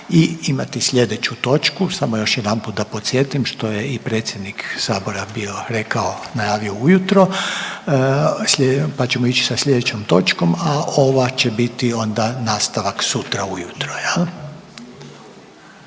i imati slijedeću točku. Samo još jedanput da podsjetim što je i predsjednik sabora bio rekao, najavio ujutro, pa ćemo ići sa slijedećom točkom, a ova će biti onda nastavak sutra ujutro